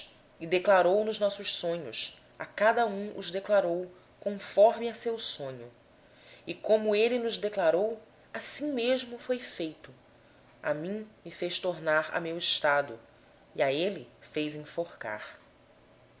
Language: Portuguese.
qual contamos os nossos sonhos e ele no-los interpretou a cada um conforme o seu sonho e como ele nos interpretou assim mesmo foi feito a mim me fez tornar ao meu estado e a ele fez enforcar